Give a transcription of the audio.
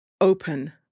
open